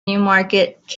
newmarket